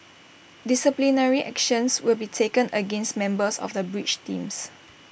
disciplinary actions will be taken against members of the bridge teams